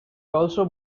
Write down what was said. also